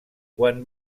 quan